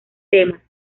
tema